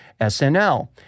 SNL